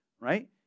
right